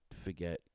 forget